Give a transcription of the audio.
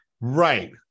Right